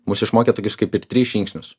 mus išmokė tokius kaip ir tris žingsnius